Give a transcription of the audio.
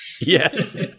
yes